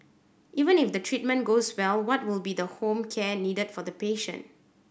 even if the treatment goes well what will be the home care needed for the patient